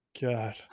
God